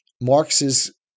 Marx's